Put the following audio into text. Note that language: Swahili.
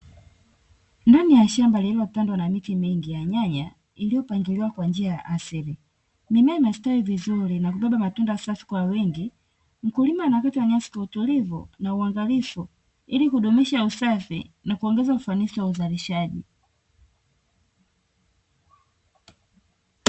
Ndani ya shamba lililopandwa miti mingi ya nyanya iliyopangiliwa kwa njia ya asili. Mimea imestawi vizuri na matunda safi kwa wingi, mkulima anakata nyasi kwa utulivu na uangalifu ili kudumisha usafi na kuongeza ufanisi wa uzalishaji.